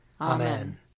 Amen